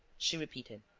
she repeated